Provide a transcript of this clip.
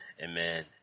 amen